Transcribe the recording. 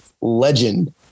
legend